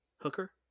hooker